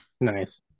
Nice